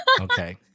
Okay